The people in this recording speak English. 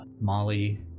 Molly